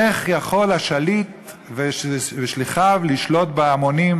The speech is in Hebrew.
איך יכולים השליט ושליחיו לשלוט בהמונים,